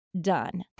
done